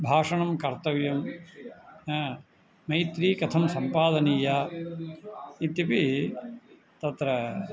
भाषणं कर्तव्यं मैत्री कथं सम्पादनीया इत्यपि तत्र